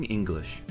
English